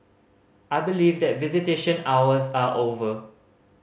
I believe that visitation hours are over